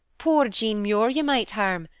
poor jean muir you might harm,